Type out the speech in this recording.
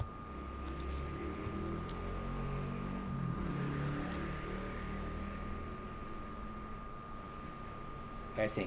blessing